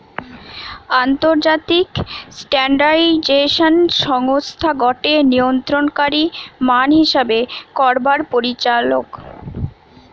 আন্তর্জাতিক স্ট্যান্ডার্ডাইজেশন সংস্থা গটে নিয়ন্ত্রণকারী মান হিসেব করবার পরিচালক